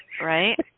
Right